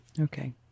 Okay